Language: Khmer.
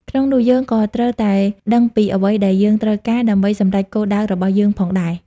ក្នុងនោះយើងក៏ត្រូវតែដឹងពីអ្វីដែលយើងត្រូវការ ដើម្បីសម្រេចគោលដៅរបស់យើងផងដែរ។